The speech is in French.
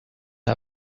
une